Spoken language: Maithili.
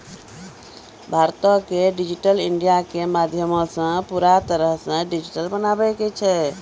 भारतो के डिजिटल इंडिया के माध्यमो से पूरा तरहो से डिजिटल बनाबै के छै